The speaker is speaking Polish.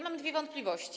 Mam dwie wątpliwości.